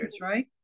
right